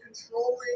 controlling